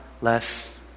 less